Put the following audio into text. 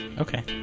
Okay